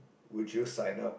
would you sign up